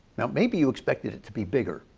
now maybe you expected it to be bigger.